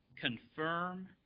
confirm